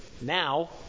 now